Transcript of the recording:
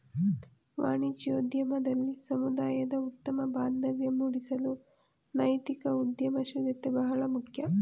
ವಾಣಿಜ್ಯೋದ್ಯಮದಲ್ಲಿ ಸಮುದಾಯದ ಉತ್ತಮ ಬಾಂಧವ್ಯ ಮೂಡಿಸಲು ನೈತಿಕ ಉದ್ಯಮಶೀಲತೆ ಬಹಳ ಮುಖ್ಯ